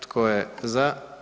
Tko je za?